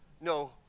no